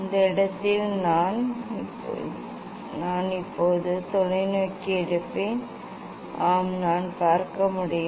இந்த இடத்தில் நான் இப்போது தொலைநோக்கி எடுப்பேன் ஆம் நான் பார்க்க முடியும்